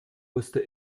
musste